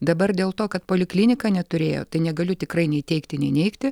dabar dėl to kad poliklinika neturėjo tai negaliu tikrai nei teigti nei neigti